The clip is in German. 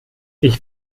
ich